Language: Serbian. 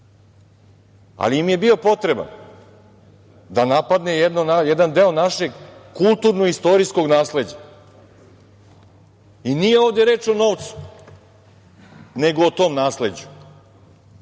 im je bio potreban da napadne jedan deo našeg kulturno-istorijskog nasleđa i nije ovde reč o novcu, nego o tom nasleđu.